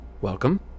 welcome